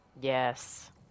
Yes